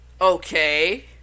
okay